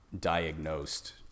diagnosed